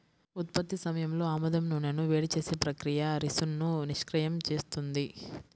ఉత్పత్తి సమయంలో ఆముదం నూనెను వేడి చేసే ప్రక్రియ రిసిన్ను నిష్క్రియం చేస్తుంది